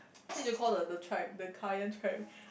then you should call the the tribe the Kayan tribe